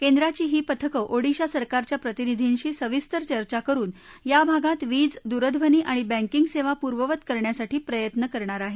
केंद्राची ही पथकं ओडिशा सरकारच्या प्रतिनिधींशी सविस्तर चर्चा करुन या भागात वीज दूरध्वनी आणि बँकीग सेवा पूर्ववत करण्यासाठी प्रयत्न करणार आहेत